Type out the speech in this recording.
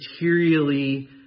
materially